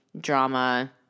drama